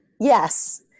Yes